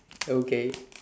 okay